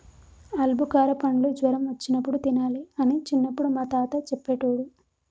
ఆల్బుకార పండ్లు జ్వరం వచ్చినప్పుడు తినాలి అని చిన్నపుడు మా తాత చెప్పేటోడు